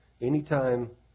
Anytime